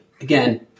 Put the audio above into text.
again